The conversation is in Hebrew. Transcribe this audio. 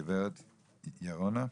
גברת ירונה.